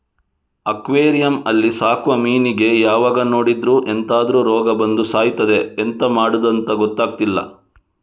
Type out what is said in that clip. aquarium ಅಲ್ಲಿ ಸಾಕುವ ಮೀನಿಗೆ ಯಾವಾಗ ನೋಡಿದ್ರೂ ಎಂತಾದ್ರೂ ರೋಗ ಬಂದು ಸಾಯ್ತದೆ ಎಂತ ಮಾಡುದಂತ ಗೊತ್ತಾಗ್ತಿಲ್ಲ